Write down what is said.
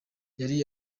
yari